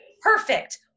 Perfect